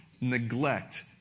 neglect